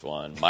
one